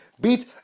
beat